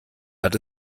hat